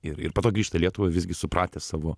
ir ir po to grįžta į lietuvą visgi supratęs savo